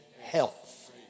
health